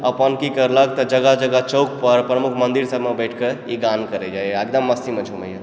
अपन कि करलक तऽ जगह जगह चौकपर प्रमुख मन्दिर सबपर बैसिकऽ ई गान करैए एकदम मस्तीमे झुमैए